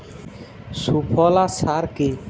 সুফলা সার কি?